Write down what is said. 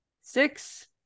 six